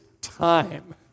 time